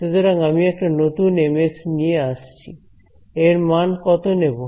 সুতরাং আমি একটা নতুন Ms নিয়ে আসছি এর মান কতো নেব